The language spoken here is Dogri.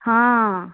हां